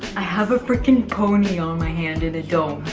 i have a freaking pony on my hand in a dome